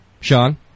Sean